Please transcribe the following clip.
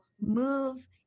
move